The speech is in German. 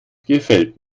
gefällt